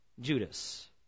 Judas